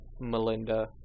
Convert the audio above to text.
Melinda